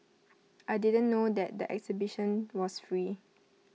I didn't know there the exhibition was free